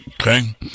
okay